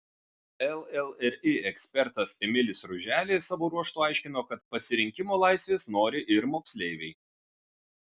llri ekspertas emilis ruželė savo ruožtu aiškino kad pasirinkimo laivės nori ir moksleiviai